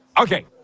Okay